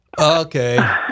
Okay